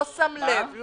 לא שם לב,